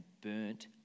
burnt